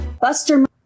Buster